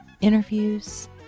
interviews